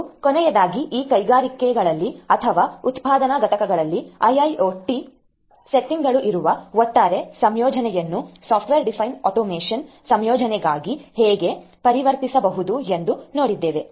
ಹಾಗೂ ಕೊನೆಯದಾಗಿ ಈ ಕೈಗಾರಿಕೆಗಳಲ್ಲಿ ಅಥವಾ ಉತ್ಪಾದನಾ ಘಟಕಗಳಲ್ಲಿನ ಐಐಒಟಿ ಸೆಟ್ಟಿಂಗ್ಗಳಲ್ಲಿರುವ ಒಟ್ಟಾರೆ ಸಂಯೋಜನೆಯನ್ನು ಸಾಫ್ಟ್ವೇರ್ ಡಿಫೈನ್ಡ್ ಆಟೋಮೇಷನ್ ಸಂಯೋಜನೆಯಾಗಿ ಹೇಗೆ ಪರಿವರ್ತಿಸಬಹುದು ಎಂದು ನೋಡಿದ್ದೇವೆ